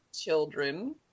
children